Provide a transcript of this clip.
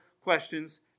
questions